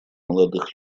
молодых